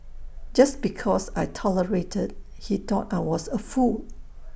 just because I tolerated he thought I was A fool